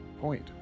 point